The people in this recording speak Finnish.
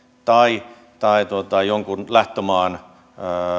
tai jonkun lähtömaan